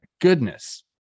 goodness